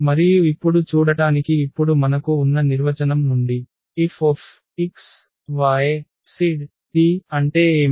మరియు ఇప్పుడు చూడటానికి ఇప్పుడు మనకు ఉన్న నిర్వచనం నుండి Fx y z t అంటే ఏమిటి